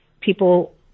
people